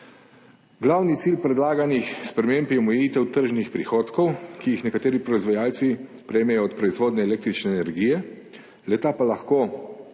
Glavni cilj predlaganih sprememb je omejitev tržnih prihodkov, ki jih nekateri proizvajalci prejmejo od proizvodnje električne energije, le-te pa lahko